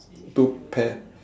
two pair